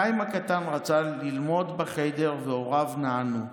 חיים הקטן רצה ללמוד בחיידר והוריו נענו.